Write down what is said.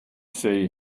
see